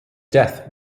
death